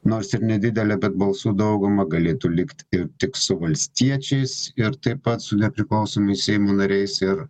nors ir nedidelę bet balsų daugumą galėtų likt ir tik su valstiečiais ir taip pat su nepriklausomais seimo nariais ir